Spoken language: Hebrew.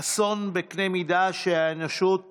אסון בקנה מידה שהאנושות